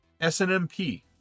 SNMP